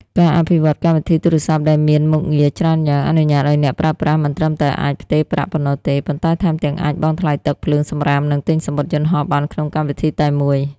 ការអភិវឌ្ឍកម្មវិធីទូរស័ព្ទដែលមានមុខងារច្រើនយ៉ាង អនុញ្ញាតឱ្យអ្នកប្រើប្រាស់មិនត្រឹមតែអាចផ្ទេរប្រាក់ប៉ុណ្ណោះទេ ប៉ុន្តែថែមទាំងអាចបង់ថ្លៃទឹក ភ្លើង សំរាម និងទិញសំបុត្រយន្តហោះបានក្នុងកម្មវិធីតែមួយ។